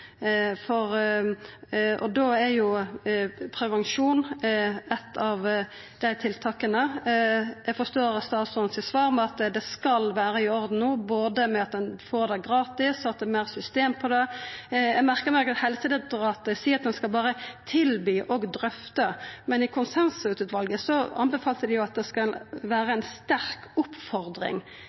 Då er prevensjon eitt av tiltaka. Eg forstår av statsråden sitt svar at det skal vera i orden no, at ein både får det gratis og at det er meir system på det. Eg merkar meg at Helsedirektoratet seier at ein skal berre tilby og drøfta, men konsensuspanelet anbefalte at det skal vera ei sterk oppmoding, så da er eitt av spørsmåla: Er det